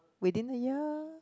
within a year